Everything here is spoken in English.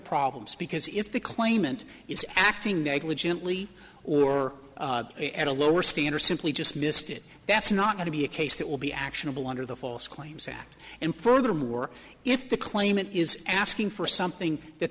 problems because if the claimant is acting negligently or at a lower standard simply just missed it that's not going to be a case that will be actionable under the false claims act and furthermore if the claimant is asking for something that